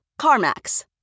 CarMax